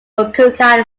fukuoka